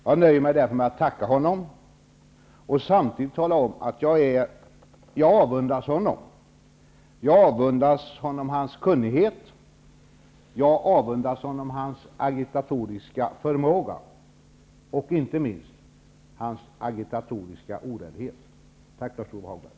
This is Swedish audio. Jag nöjer mig därför med att tacka honom och samtidigt tala om att jag avundas honom hans kunnighet, hans agitatoriska förmåga och inte minst hans agitatoriska oräddhet. Tack Lars-Ove Hagberg!